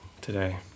today